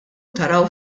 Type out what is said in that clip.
taraw